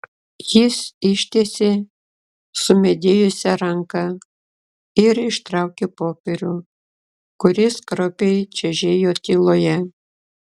jis ištiesė sumedėjusią ranką ir ištraukė popierių kuris kraupiai čežėjo tyloje